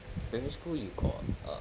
primary school you got uh